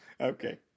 okay